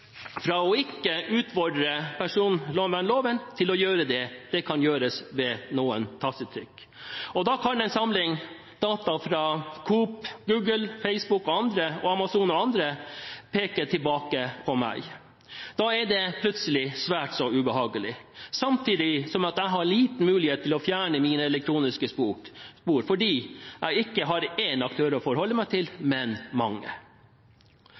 ikke å utfordre personvernloven til å gjøre det, kan gjøres ved noen tastetrykk. Da kan en samling data fra Coop, Google, Facebook, Amazon og andre peke tilbake på meg. Da er det plutselig svært så ubehagelig, samtidig som jeg har liten mulighet til å fjerne mine elektroniske spor fordi jeg ikke har én aktør å forholde meg til, men mange.